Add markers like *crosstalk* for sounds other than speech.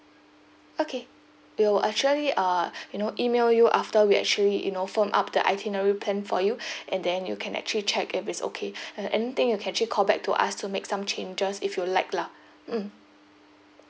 okay we'll actually uh you know email you after we actually you know form up the itinerary plan for you *breath* and then you can actually check if it's okay *breath* uh anything you can actually call us to make some changes if you like lah mm